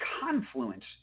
confluence